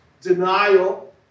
denial